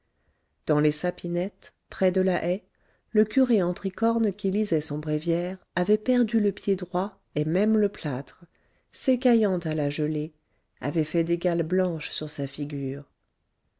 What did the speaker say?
dans les sapinettes près de la haie le curé en tricorne qui lisait son bréviaire avait perdu le pied droit et même le plâtre s'écaillant à la gelée avait fait des gales blanches sur sa figure